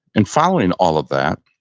and following all of that,